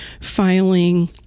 filing